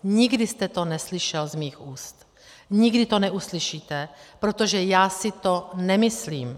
Nikdy jste to neslyšel z mých úst, nikdy to neuslyšíte, protože já si to nemyslím.